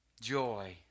Joy